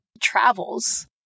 travels